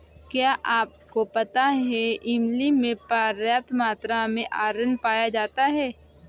क्या आपको पता है इमली में पर्याप्त मात्रा में आयरन पाया जाता है?